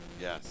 Yes